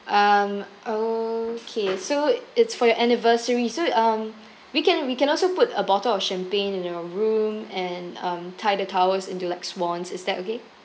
um okay so it's for your anniversary so um we can we can also put a bottle of champagne in your room and um tie the towels into like swans is that okay